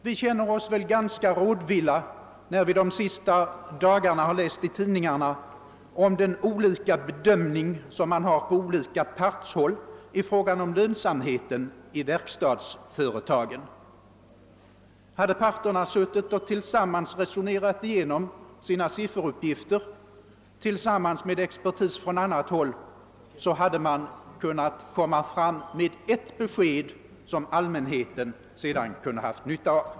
Vi känner oss väl ganska rådvilla när vi under de senaste dagarna har läst i tidningarna om skillnaden i bedömning mellan olika parter i frågan om lönsamheten i verkstadsföretagen. Hade parterna tillsammans resonerat igenom sina sifferuppgifter med expertis från annat håll, hade man kunnat komma fram med ett besked, som allmänheten sedan kunnat ha nytta av.